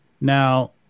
Now